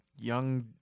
Young